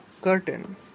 curtain